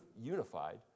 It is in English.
unified